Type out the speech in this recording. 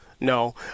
No